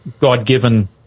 God-given